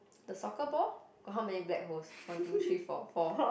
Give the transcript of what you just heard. the soccer ball got how many black holes one two three four four